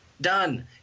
Done